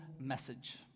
message